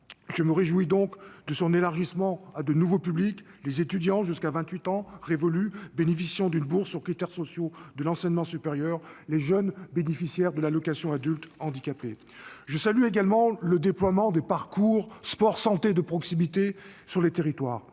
Je me réjouis donc de son extension à de nouveaux publics : les étudiants jusqu'à 28 ans révolus bénéficiant d'une bourse sur critères sociaux de l'enseignement supérieur et les jeunes bénéficiaires de l'allocation aux adultes handicapés. Je salue également le déploiement des parcours sport-santé de proximité sur les territoires,